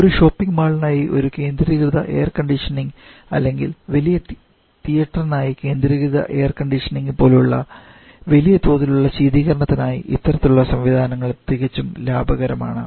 ഒരു ഷോപ്പിംഗ് മാളിനായി ഒരു കേന്ദ്രീകൃത എയർ കണ്ടീഷനിംഗ് അല്ലെങ്കിൽ വലിയ തീയറ്ററിനായി കേന്ദ്രീകൃത എയർ കണ്ടീഷനിംഗ് പോലുള്ള വലിയ തോതിലുള്ള ശീതീകരണത്തിനായി ഇത്തരത്തിലുള്ള സംവിധാനം തികച്ചും ലാഭകരമാണ്